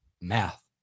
math